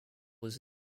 his